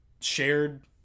shared